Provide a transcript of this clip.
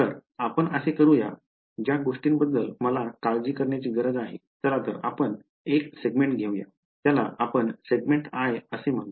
तर आपण असे करू या ज्या गोष्टींबद्दल मला काळजी करण्याची गरज आहे चला तर आपण एक सेगमेंट घेऊया त्याला आपण सेगमेंट i असे म्हणू